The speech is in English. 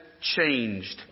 changed